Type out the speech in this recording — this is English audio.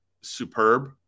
superb